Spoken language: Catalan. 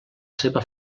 seva